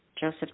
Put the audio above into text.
Joseph